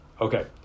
okay